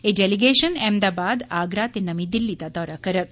एह् डेलीगेशन अहमदाबाद आगरा ते नमीं दिल्ली दा दौरा करौग